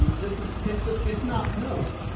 this is, it's ah it's not known.